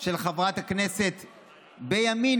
של חברת הכנסת מימינה,